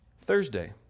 Thursday